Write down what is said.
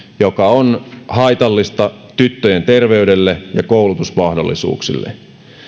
joka on haitallista tyttöjen terveydelle ja koulutusmahdollisuuksille